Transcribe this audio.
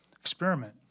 Experiment